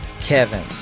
Kevin